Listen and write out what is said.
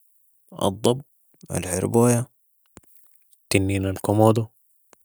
الضب ،الحربوية ، تنين الكمودو